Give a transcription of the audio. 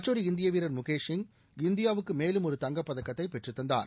மற்றொரு இந்திய வீரர் முகேஷ் சிங் இந்தியாவுக்கு மேலும் ஒரு தங்கப் பதக்கத்தை பெற்றுத்தந்தார்